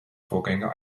vorgänger